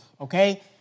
okay